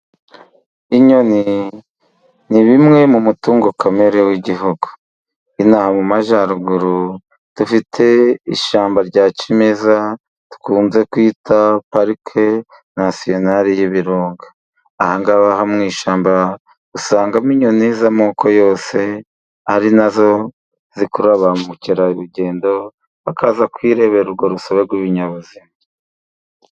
Inyoni ni bimwe mu mutungo kamere w'Igihugu. Inaha mu majyaruguru, dufite ishyamba rya cyimeza dukunze kwita Parike Nasiyonali y'Ibirunga. Aha hanga mu ishyamba usangamo inyoni z'amoko yose, ari na zo zikurura ba mukerarugendo bakaza kwirebera urwo rusobe rw'ibinyabuzima.